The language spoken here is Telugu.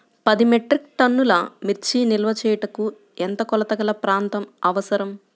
పది మెట్రిక్ టన్నుల మిర్చి నిల్వ చేయుటకు ఎంత కోలతగల ప్రాంతం అవసరం?